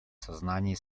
сознании